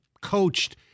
coached